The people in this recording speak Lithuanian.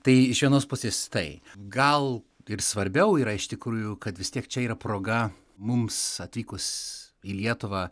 tai iš vienos pusės tai gal kaip svarbiau yra iš tikrųjų kad vis tiek čia yra proga mums atvykus į lietuvą